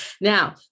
Now